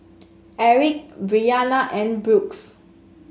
Aric Briana and Brooks